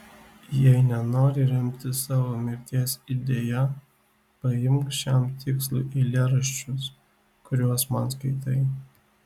jei nenori remtis savo mirties idėja paimk šiam tikslui eilėraščius kuriuos man skaitai